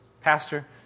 Pastor